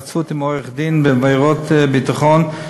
14) (היוועצות עם עורך-דין בעבירות ביטחון),